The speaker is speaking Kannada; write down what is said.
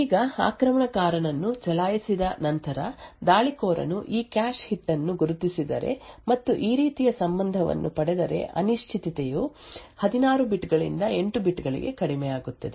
ಈಗ ಆಕ್ರಮಣಕಾರನನ್ನು ಚಲಾಯಿಸಿದ ನಂತರ ದಾಳಿಕೋರನು ಈ ಕ್ಯಾಶ್ ಹಿಟ್ ಅನ್ನು ಗುರುತಿಸಿದರೆ ಮತ್ತು ಈ ರೀತಿಯ ಸಂಬಂಧವನ್ನು ಪಡೆದರೆ ಅನಿಶ್ಚಿತತೆಯು 16 ಬಿಟ್ಗಳಿಂದ 8 ಬಿಟ್ಗಳಿಗೆ ಕಡಿಮೆಯಾಗುತ್ತದೆ